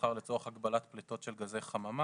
מסחר לצורך הגבלת פליטות של גזי חממה.